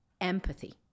empathy